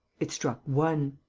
it struck one.